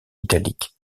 italique